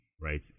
right